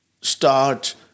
start